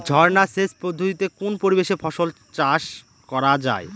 ঝর্না সেচ পদ্ধতিতে কোন পরিবেশে ফসল চাষ করা যায়?